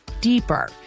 deeper